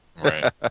Right